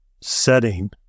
setting